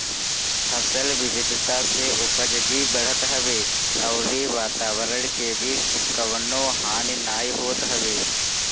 फसल विविधता से उपज भी बढ़त हवे अउरी वातवरण के भी कवनो हानि नाइ होत हवे